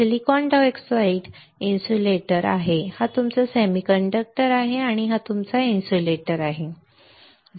silicon dioxide insulator आहे हा तुमचा सेमीकंडक्टर आहे हा तुमचा इन्सुलेटर आहे बरोबर